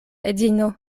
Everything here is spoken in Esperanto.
edzino